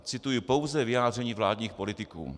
Cituji pouze vyjádření vládních politiků.